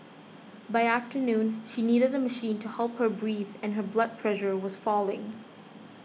by afternoon she needed a machine to help her breathe and her blood pressure was falling